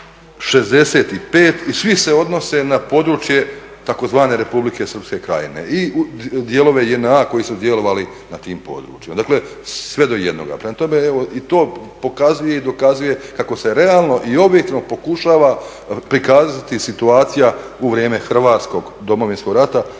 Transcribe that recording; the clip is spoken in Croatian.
65 i svi se odnose na područje tzv. Republike Srpske Krajine i u dijelove JNA koji su djelovali na tim područjima. Dakle, sve do jednoga. Prema tome, evo i to pokazuje i dokazuje kako se realno i objektivno pokušava prikazati situacija u vrijeme Hrvatskog Domovinskog rata, najbolje